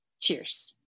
Cheers